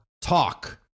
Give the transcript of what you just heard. talk